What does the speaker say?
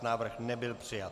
Návrh nebyl přijat.